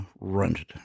rented